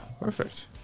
Perfect